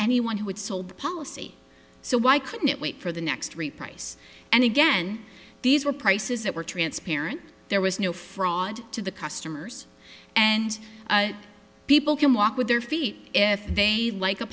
anyone who had sold the policy so why couldn't it wait for the next three price and again these were prices that were transparent there was no fraud to the customers and people can walk with their feet if they like a